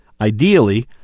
Ideally